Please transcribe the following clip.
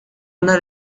una